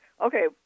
Okay